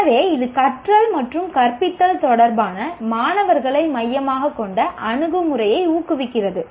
எனவே இது கற்றல் மற்றும் கற்பித்தல் தொடர்பான மாணவர்களை மையமாகக் கொண்ட அணுகுமுறையை ஊக்குவிக்கிறது